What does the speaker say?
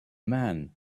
man